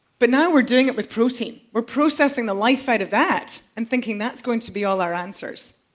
but now we're doing it with protein. we're processing the life out of that and thinking that's going to be all our answers.